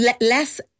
less